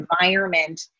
environment